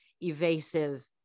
evasive